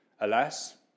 Alas